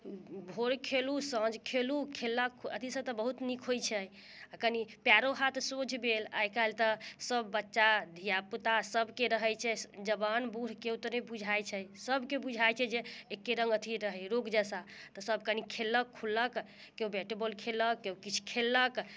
भोर खेलू साँझ खेलू खेलला अथीसेँ तऽ बहुत नीक होइ छै आओर कनी पयरो हाथ सोझ भेल आइ काल्हि तऽ सब बच्चा धिया पूता सबके रहै छै जवान बुढ़के ओ तऽ नहि बुझै छै सबके बुझै छै जे एके रङ्ग अथी रहे रूप जैसा तऽ सब कनी खेललक खुललक केओ बैट बॉल खेललक केओ किछु खेललक